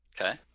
Okay